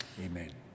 Amen